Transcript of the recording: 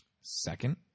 Second